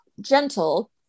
gentle